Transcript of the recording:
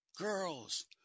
girls